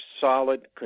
solid